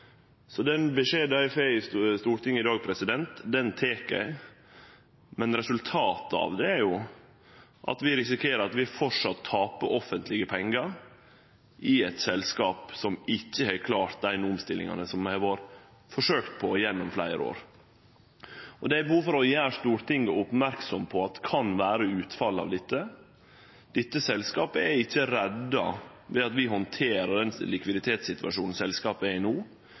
Den beskjeden eg får i Stortinget i dag, tek eg, men resultatet av dette er jo at vi risikerer at vi framleis taper offentlege pengar i eit selskap som ikkje har klart dei omstillingane ein har forsøkt å få til gjennom fleire år. Det er behov for å gjere Stortinget merksam på at det kan vere utfallet av dette. Dette selskapet er ikkje redda ved at vi handterer likviditetssituasjonen selskapet er i no,